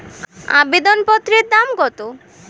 আবেদন পত্রের দাম কত?